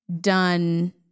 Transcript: done